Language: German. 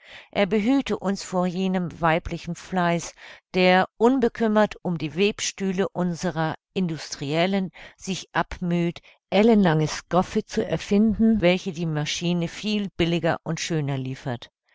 er behüte uns vor jenem weiblichen fleiß der unbekümmert um die webstühle unserer industriellen sich abmüht ellenlange stoffe zu erfinden welche die maschine viel billiger und schöner liefert